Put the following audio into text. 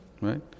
right